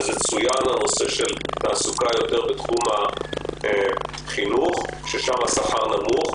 וצוין הנושא של תעסוקה יותר בתחום החינוך ששם השכר נמוך,